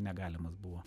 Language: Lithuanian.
negalimas buvo